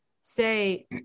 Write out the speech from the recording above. say